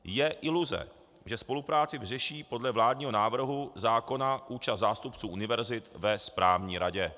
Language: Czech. Je iluze, že spolupráci vyřeší podle vládního návrhu zákona účast zástupců univerzit ve správní radě.